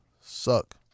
suck